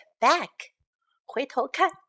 back,回头看